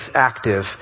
active